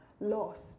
lost